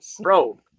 Bro